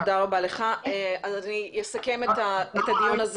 אני אסכם את הדיון.